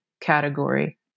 category